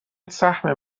سهم